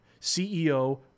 CEO